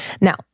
Now